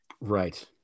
Right